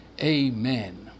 Amen